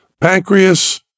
pancreas